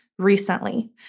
recently